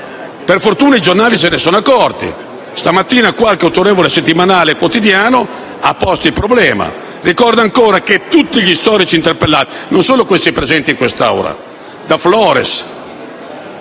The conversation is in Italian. Per fortuna, i giornali se ne sono accorti. Stamattina qualche autorevole settimanale e quotidiano hanno posto il problema. Ricordo ancora che tutti gli storici interpellati, non solo quelli presenti in quest'Aula, da Flores